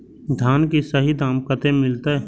धान की सही दाम कते मिलते?